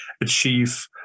achieve